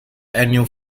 annual